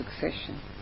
succession